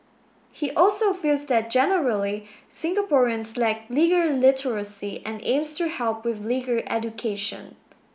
he also feels that generally Singaporeans lack legal literacy and aims to help with legal education